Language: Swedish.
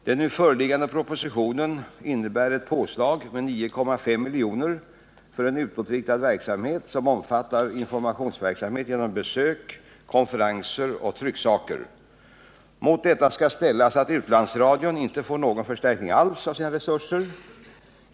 Den nu föreliggande propositionen innebär ett påslag med 9,5 milj.kr. för en utåtriktad verksamhet som omfattar informationsverksamhet genom besök, konferenser och trycksaker. Mot detta skall ställas att utlandsradion inte får någon förstärkning alls av sina resurser.